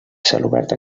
celobert